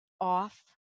off